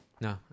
No